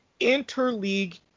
interleague